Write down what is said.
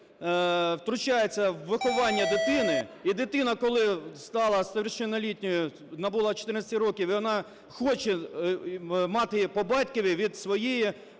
втручається у виховання дитини, і дитина, коли стала совершеннолетней, набула 14 років, і вона хоче мати по батькові від свого,